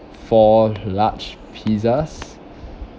four large pizzas